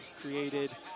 created